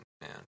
Man